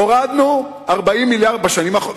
הורדנו 40 מיליארד בשנים האחרונות,